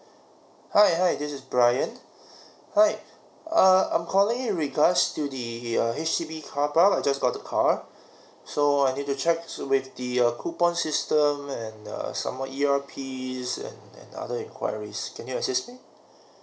hi hi this is brian hi err I'm calling in regards to the err H_D_B carpark I just got the car so I need to check so with the err coupon system and err some more E_R_Ps and and other enquiries can you assist me